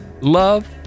Love